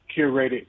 curated